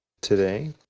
today